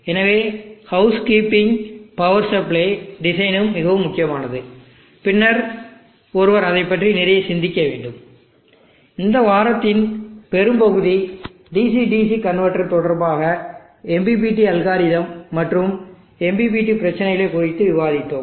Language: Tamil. எனவே ஹவுஸ் கீப்பிங் பவர் சப்ளை டிசைனும் மிகவும் முக்கியமானது பின்னர் ஒருவர் அதைப் பற்றி நிறைய சிந்திக்க வேண்டும் இந்த வாரத்தின் பெரும்பகுதி DC DC கன்வெர்ட்டர் தொடர்பாக MPPT அல்காரிதம் மற்றும் MPPT பிரச்சினைகள் குறித்து விவாதித்தோம்